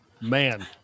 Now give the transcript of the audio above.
man